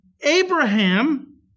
Abraham